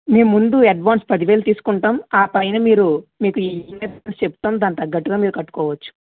మేము ముందు అడ్వాన్స్ పదివేలు తీసుకుంటాం ఆ పైన మీరు మీకు ఇన్స్టాల్మెంట్స్ చెప్తాం దానికి తగ్గట్టుగా మీరు కట్టుకోవచ్చు